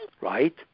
right